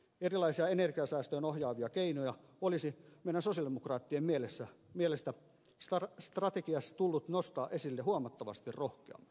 erilaisia energiansäästöön ohjaavia keinoja olisi meidän sosialidemokraattien mielestä strategiassa tullut nostaa esille huomattavasti rohkeammin